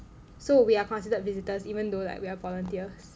so we are considered visitors even though like we are volunteers